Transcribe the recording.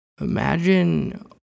Imagine